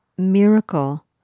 miracle